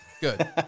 Good